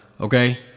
Okay